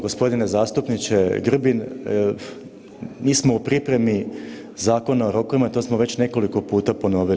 Gospodine zastupniče Grbin, mi smo u pripremi zakona o rokovima i to smo već nekoliko puta ponovili.